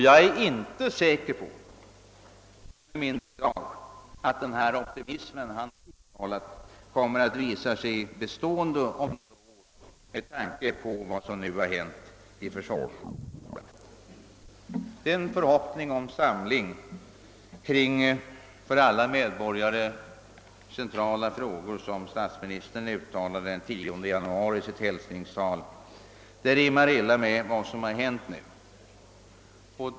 Jag är inte säker på — jag är det ännu mindre i dag än tidigare — att den optimism han uttalat kommer att vara bestående om några år, och detta med hänsyn till vad som nu har hänt i försvarsfrågan. Den förhoppning om samling kring för alla medborgare centrala frågor som statsministern uttalade i sitt hälsningstal den 10 januari rimmar illa med vad som nu har hänt.